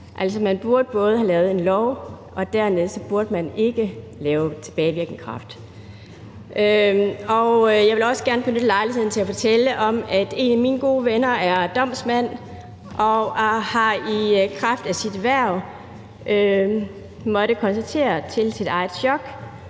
Man burde først have lavet en lov, og dernæst burde man ikke lave den med tilbagevirkende kraft. Jeg vil også gerne benytte lejligheden til at fortælle, at en af mine gode venner, som er domsmand, i kraft af sit hverv chokeret har måttet